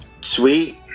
sweet